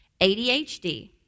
ADHD